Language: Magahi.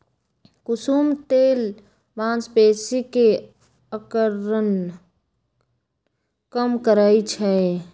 कुसुम तेल मांसपेशी के अकड़न कम करई छई